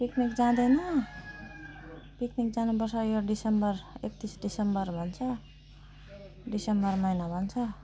picnic जाँदैनौ picnic जानुपर्छ यो डिसेम्बर एकतिस डिसेम्बर भन्छ डिसेम्बर महिना भन्छ